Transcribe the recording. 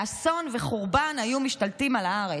ואסון וחורבן היו משתלטים על הארץ.